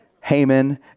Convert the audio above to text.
Haman